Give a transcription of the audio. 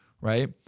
right